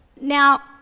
Now